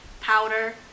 powder